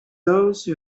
those